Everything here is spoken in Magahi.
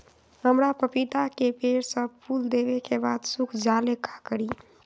हमरा पतिता के पेड़ सब फुल देबे के बाद सुख जाले का करी?